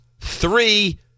three